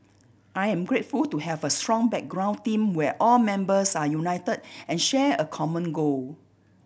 I am grateful to have a strong background team where all members are united and share a common goal